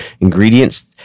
Ingredients